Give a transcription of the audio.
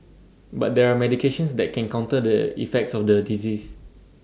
but there are medications that can counter the effects of the disease